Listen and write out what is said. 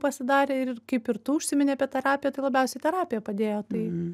pasidarė ir kaip ir tu užsiminei apie terapiją tai labiausiai terapija padėjo tai